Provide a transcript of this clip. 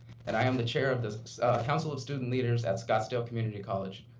and i am the chair of the council of student leaders at scottsdale community college.